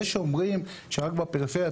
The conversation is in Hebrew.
זה שאומרים שזה רק בפריפריה,